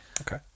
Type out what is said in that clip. okay